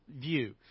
view